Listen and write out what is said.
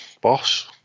boss